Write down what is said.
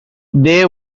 they